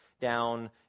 down